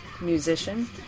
musician